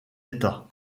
état